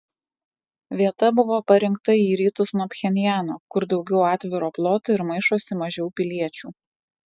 vieta buvo parinkta į rytus nuo pchenjano kur daugiau atviro ploto ir maišosi mažiau piliečių